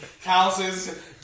houses